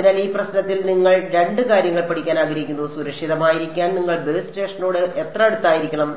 അതിനാൽ ഈ പ്രശ്നത്തിൽ നിങ്ങൾ രണ്ട് കാര്യങ്ങൾ പഠിക്കാൻ ആഗ്രഹിക്കുന്നു സുരക്ഷിതമായിരിക്കാൻ നിങ്ങൾ ബേസ് സ്റ്റേഷനോട് എത്ര അടുത്തായിരിക്കണം